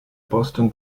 boston